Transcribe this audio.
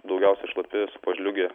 daugiausiai šlapi pažliugę